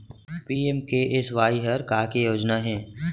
PMKSY हर का के योजना हे?